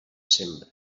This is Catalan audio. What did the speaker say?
sembra